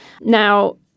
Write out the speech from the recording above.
Now